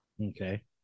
Okay